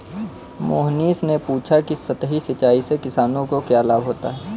मोहनीश ने पूछा कि सतही सिंचाई से किसानों को क्या लाभ होता है?